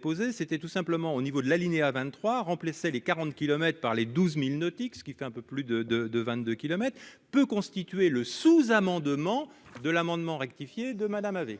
déposé, c'était tout simplement au niveau de l'alinéa 23 remplissait les 40 kilomètres par les 12 milles nautiques, ce qui fait un peu plus de, de, de 22 kilomètres peut constituer le sous-amendement de l'amendement rectifié de Madame avait.